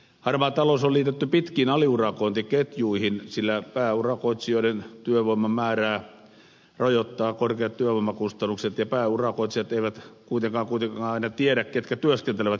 harmaa talous on liitetty pitkiin aliurakointiketjuihin sillä pääurakoitsijoiden työvoiman määrää rajoittavat korkeat työvoimakustannukset ja pääurakoitsijat eivät kuitenkaan aina tiedä ketkä työskentelevät ketjun häntäpäässä